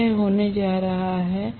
तो यह होने जा रहा है